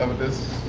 this